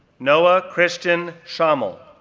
noah christian schammel,